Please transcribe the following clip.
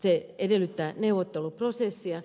se edellyttää neuvotteluprosessia